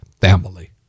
family